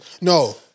No